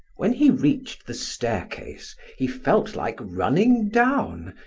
when he reached the staircase, he felt like running down,